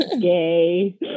gay